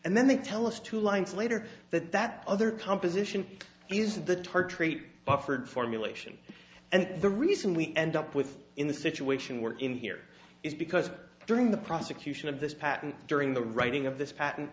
and then they tell us two lines later that that other composition is the tartrate buffered formulation and the reason we end up with in the situation we're in here is because during the prosecution of this patent during the writing of this pat